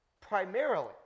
primarily